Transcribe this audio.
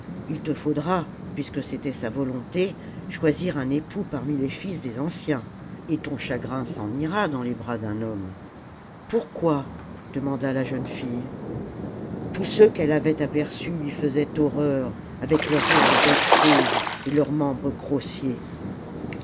il te faudra puisque c'était sa volonté choisir un époux parmi les fils des anciens et ton chagrin s'en ira dans les bras d'un homme pourquoi demanda la jeune fille tous ceux qu'elle avait aperçus lui faisaient horreur avec leurs rires de bête fauve et leurs membres grossiers